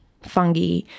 fungi